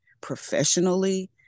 professionally